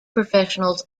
professionals